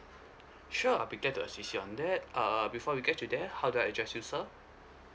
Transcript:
sure I'll be glad to assist you on that uh before we get to there how do I address you sir